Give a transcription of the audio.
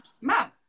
mom